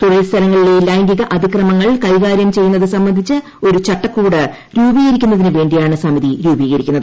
തൊഴിൽ സ്ഥലങ്ങളിലെ ലൈംഗിക അതിക്രമങ്ങൾ കൈകാര്യം ചെയ്യുന്നത് സംബന്ധിച്ച് ഒരു ചട്ടക്കൂട് രൂപീകരിക്കുന്നതിന് വേണ്ടിയാണ് സമിതി രൂപീകരിക്കുന്നത്